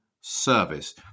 service